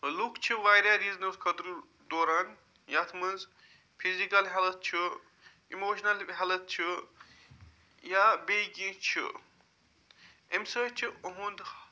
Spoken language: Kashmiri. لُکھ چھِ واریاہ ریٖزنَس خٲطرٕ دوران یتھ مَنٛز فِزِکَل ہیٚلتھ چھُ اِموشنَل ہیٚلتھ چھُ یا بیٚیہِ کینٛہہ چھُ اَمہِ سۭتۍ چھُ یِہُنٛد